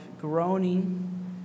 groaning